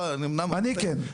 אני כן.